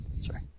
Sorry